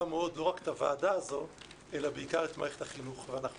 מאוד לא רק את הוועדה הזאת אלא בעיקר את מערכת החינוך ואנחנו